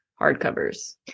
hardcovers